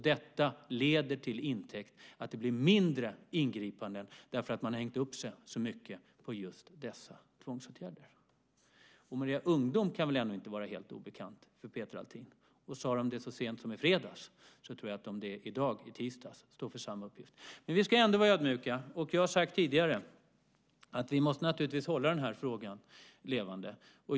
Detta leder till att det blir färre ingripanden därför att man har hängt upp sig så mycket på just dessa tvångsåtgärder. Och Maria Ungdom kan väl ändå inte vara helt obekant för Peter Althin. Och sade de detta så sent som i fredags, tror jag att de står för samma uppgift i dag, tisdag. Men vi ska ändå vara ödmjuka. Jag har tidigare sagt att vi måste hålla den här frågan levande.